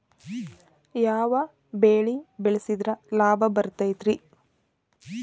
ಯಾವ ಬೆಳಿ ಬೆಳ್ಸಿದ್ರ ಲಾಭ ಬರತೇತಿ?